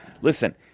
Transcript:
Listen